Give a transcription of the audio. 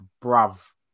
Brav